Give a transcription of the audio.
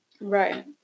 Right